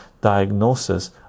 diagnosis